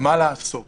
מה לעשות